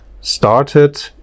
started